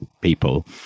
people